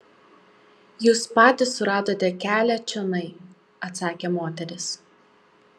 jūs patys suradote kelią čionai atsakė moteris